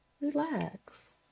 relax